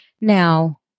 Now